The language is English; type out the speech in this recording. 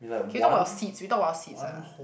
can you talk about seeds we talk about seeds ah